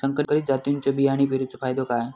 संकरित जातींच्यो बियाणी पेरूचो फायदो काय?